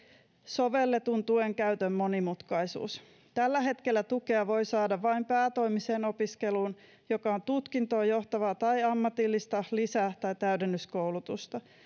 sovelletun tuen käytön monimutkaisuus tällä hetkellä tukea voi saada vain päätoimiseen opiskeluun joka on tutkintoon johtavaa tai ammatillista lisä tai täydennyskoulutusta